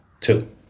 two